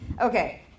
Okay